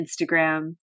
Instagram